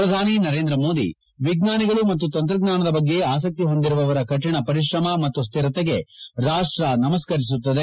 ಪ್ರಧಾನಿ ನರೇಂದ್ರಮೋದಿ ವಿಜ್ಞಾನಿಗಳು ಮತ್ತು ತಂತ್ರಜ್ಞಾನದ ಬಗ್ಗೆ ಆಸಕ್ತಿ ಹೊಂದಿರುವವರ ಕಠಿಣ ಪರಿಶ್ರಮ ಮತ್ತು ಸ್ಟಿರತೆಗೆ ರಾಷ್ಟ ನಮಸ್ಕರಿಸುತ್ತದೆ